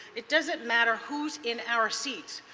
it doesn't matter who is in our seats.